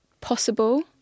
possible